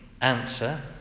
answer